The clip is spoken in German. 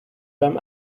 beim